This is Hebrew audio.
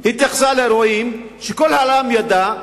התייחסה לאירועים שכל העולם ידע,